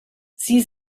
sie